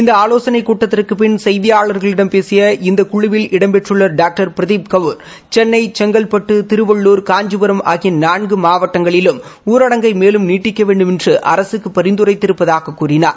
இந்த ஆலோசனை கூட்டத்திற்குப் பின் செய்தியாளர்களிடம் பேசிய இந்த குழுவில் இடம்பெற்றுள்ள டாக்டர் பிரதீப் கௌ் சென்னை செங்கல்பட்டு திருவள்ளுர் காஞ்சிபுரம் ஆகிய நான்கு மாவட்டங்களிலும் ஊரடங்கை மேலும் நீட்டிக்க வேண்டுமென்று அரசுக்கு பரிந்துரைத்துதிருப்பதாகக் கூறினார்